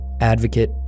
Advocate